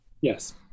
Yes